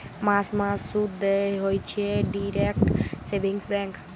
মাস মাস শুধ দেয় হইছে ডিইরেক্ট সেভিংস ব্যাঙ্ক